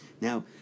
Now